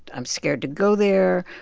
i'm scared to go there,